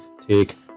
take